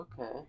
Okay